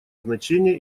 значение